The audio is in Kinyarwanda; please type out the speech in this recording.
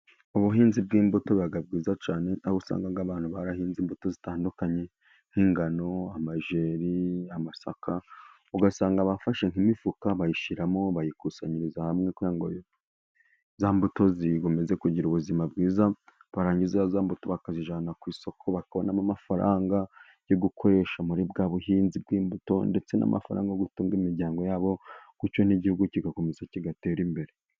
Ubuhinzi bw'imbuto bwiza cyane, aho usanga abantu barahinze imbuto zitandukanye, nk'ingano, amajyeri, amasaka, ugasanga bafashe imifuka bayishyiramo bayikusanyiriza hamwe, kugira za mbuto zigumye kugira ubuzima bwiza , barangiza zambuto bakazijyana ku isoko, bakabonamo amafaranga yo gukoresha muri bwa buhinzi bw'imbuto, ndetse n'amafaranga yo gutunga imiryango yabo, bityo n'igihugu kigakomeza kigatera imbere.